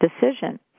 decision